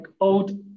old